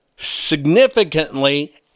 Significantly